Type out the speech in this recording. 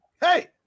Hey